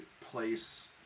place